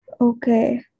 Okay